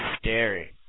scary